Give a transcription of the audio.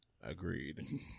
Agreed